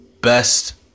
Best